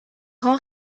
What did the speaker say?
rangs